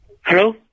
Hello